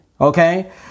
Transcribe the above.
Okay